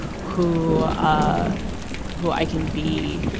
who ah who i can be